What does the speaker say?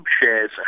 shares